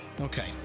Okay